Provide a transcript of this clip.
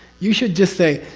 you should just say,